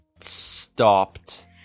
stopped